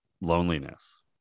loneliness